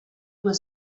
was